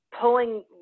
pulling